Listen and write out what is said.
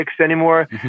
anymore